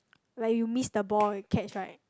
like you miss the ball you catch right